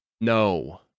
No